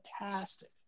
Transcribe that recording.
fantastic